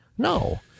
No